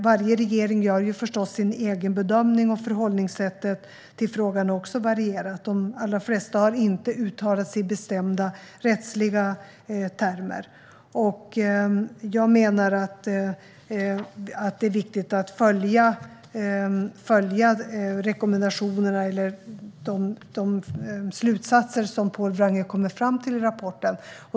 Varje regering gör förstås sin egen bedömning, och förhållningssättet till frågan varierar. De allra flesta har inte uttalat sig i bestämda rättsliga termer. Jag menar att det är viktigt att följa rekommendationerna eller de slutsatser som Pål Wrange kommer fram till i rapporten.